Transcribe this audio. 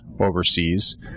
overseas